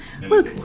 Look